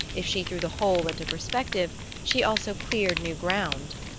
if she threw the whole into perspective she also cleared new ground,